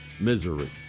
misery